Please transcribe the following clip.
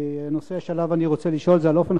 הנושא שעליו אני רוצה לשאול זה על אופן